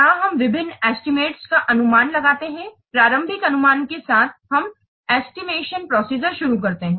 यहाँ हम विभिन्न एस्टिमेट्स का अनुमान लगाते हैं प्रारंभिक अनुमान के साथ हम एस्टिमेशन प्रोसीजर शुरू करते हैं